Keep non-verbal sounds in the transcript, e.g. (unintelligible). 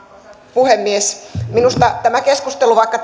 puhemies minusta tämä keskustelu vaikka (unintelligible)